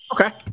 Okay